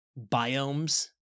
biomes